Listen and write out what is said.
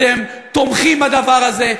אתם תומכים בדבר הזה,